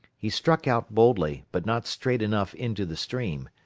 he struck out boldly, but not straight enough into the stream.